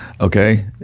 okay